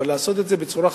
אבל לעשות את זה בצורה חכמה,